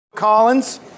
Collins